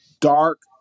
dark